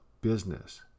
business